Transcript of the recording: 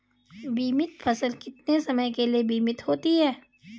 बीमित फसल कितने समय के लिए बीमित होती है?